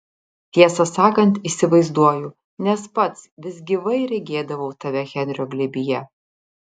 tiesą sakant įsivaizduoju nes pats vis gyvai regėdavau tave henrio glėbyje